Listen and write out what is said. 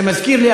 זה מזכיר לי,